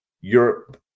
Europe